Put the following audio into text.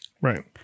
Right